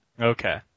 Okay